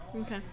Okay